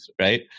right